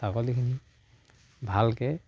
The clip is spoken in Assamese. ছাগলীখিনি ভালকে